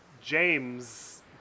James